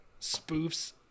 spoofs